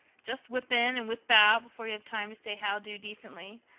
just whip in and whip out before you have time to say how-do decently.